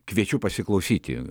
kviečiu pasiklausyti